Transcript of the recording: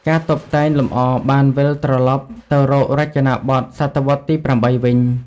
ការតុបតែងលម្អបានវិលត្រឡប់ទៅរករចនាបថសតវត្សរ៍ទី៨ វិញ។